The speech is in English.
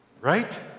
right